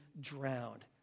drowned